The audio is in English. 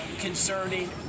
concerning